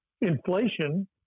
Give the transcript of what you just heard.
inflation